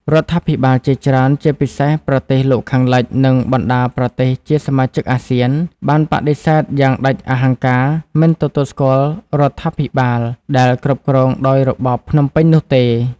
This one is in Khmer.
រដ្ឋាភិបាលជាច្រើន ជាពិសេសប្រទេសលោកខាងលិច និងបណ្ដាប្រទេសជាសមាជិកអាស៊ាន បានបដិសេធយ៉ាងដាច់អហង្ការមិនទទួលស្គាល់រដ្ឋាភិបាលដែលគ្រប់គ្រងដោយរបបភ្នំពេញនោះទេ។